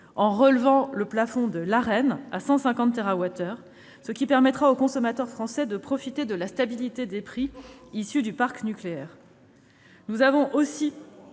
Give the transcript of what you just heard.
en relevant le plafond de l'Arenh à 150 térawattheures, ce qui permettra aux consommateurs français de profiter de la stabilité des prix du parc nucléaire. Nous avons aussi